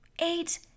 eight